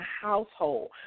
household